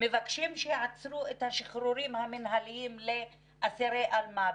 מבקשים שיעצרו את השחרורים המינהליים לאסירי אלמ"בים,